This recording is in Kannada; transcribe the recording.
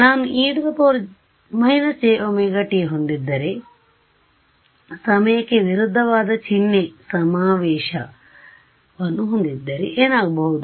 ನಾನು e −jωt ಹೊಂದಿದ್ದರೆ ಸಮಯಕ್ಕೆ ವಿರುದ್ಧವಾದ ಚಿಹ್ನೆ ಸಮಾವೇಶವನ್ನು ಹೊಂದಿದ್ದರೆ ಏನಾಗಬಹುದು